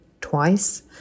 twice